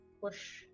push